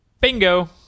Bingo